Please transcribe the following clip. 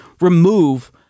remove